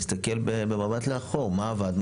להסתכל במבט לאחור מה עבד,